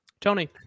Tony